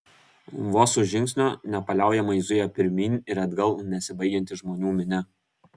vos už žingsnio nepaliaujamai zuja pirmyn ir atgal nesibaigianti žmonių minia